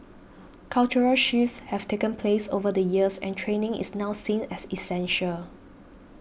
cultural shifts have taken place over the years and training is now seen as essential